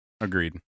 agreed